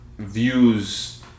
views